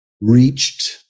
reached